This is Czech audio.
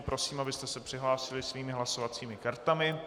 Prosím, abyste se přihlásili svými hlasovacími kartami.